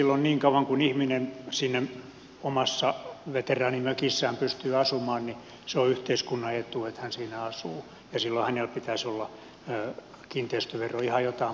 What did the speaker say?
silloin niin kauan kuin ihminen siinä omassa veteraanimökissään pystyy asumaan se on yhteiskunnan etu että hän siinä asuu ja silloin hänellä pitäisi olla kiinteistövero ihan jotain muuta kuin mitä on